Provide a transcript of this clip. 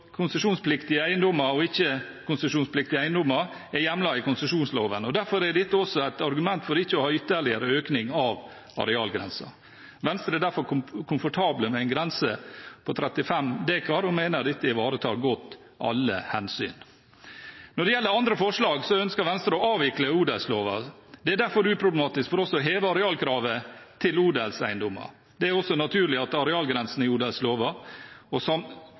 konsesjonspliktige eiendommer og ikke-konsesjonspliktige eiendommer er hjemlet i konsesjonsloven, og derfor er dette også et argument for ikke å ha ytterligere økning av arealgrensen. Venstre er derfor komfortable med en grense på 35 dekar og mener dette ivaretar godt alle hensyn. Når det gjelder andre forslag, ønsker Venstre å avvikle odelsloven. Det er derfor uproblematisk for oss å heve arealkravet til odelseiendommer. Det er også naturlig at arealgrensene i